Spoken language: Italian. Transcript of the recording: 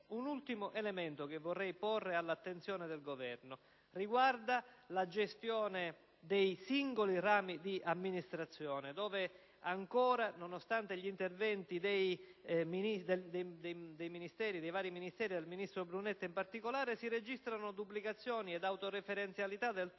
un ultimo elemento che vorrei porre all'attenzione del Governo relativamente alla gestione dei singoli rami dell'amministrazione dove ancora, nonostante gli interventi dei vari Ministeri e del ministro Brunetta in particolare, si registrano duplicazioni ed autoreferenzialità del tutto